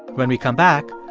when we come back,